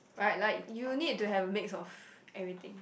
right like you need to have mix of everything